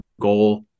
goal